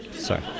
Sorry